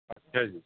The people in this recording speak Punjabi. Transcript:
ਅੱਛਾ ਜੀ